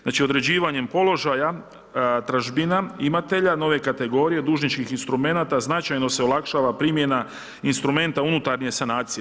Znači određivanjem položaja tražbina, imatelja, nove kategorije, dužničkih instrumenata, značajno se olakšava primjena instrumenata unutarnje sanacije.